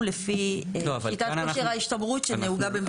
לפי שיטת כושר ההשתמרות שנהוגה במדינת ישראל.